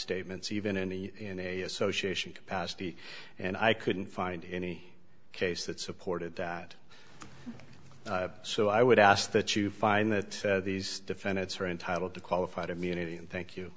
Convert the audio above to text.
statements even in the in a association capacity and i couldn't find any case that supported that so i would ask that you find that these defendants are entitled to qualified immunity and thank you